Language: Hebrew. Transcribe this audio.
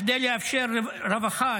בכדי לאפשר רווחה,